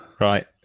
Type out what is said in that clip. Right